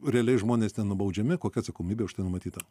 realiai žmonės nenubaudžiami kokia atsakomybė už tai numatyta